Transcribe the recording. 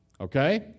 Okay